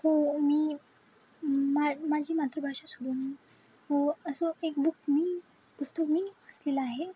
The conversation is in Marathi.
हो मी मा माझी मातृभाषा सोडून हो असं एक बुक मी पुस्तक मी अस असलेलं आहे